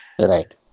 Right